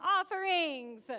offerings